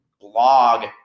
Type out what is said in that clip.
blog